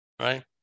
right